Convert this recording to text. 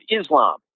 Islam